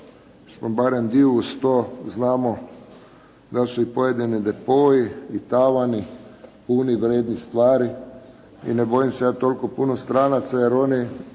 smo barem dio uz to znamo da su i pojedini depoi, tavani puni vrijednih stvari i ne bojim se ja toliko puno stranaca jer oni